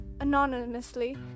anonymously